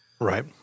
Right